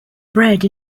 bred